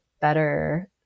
better